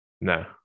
No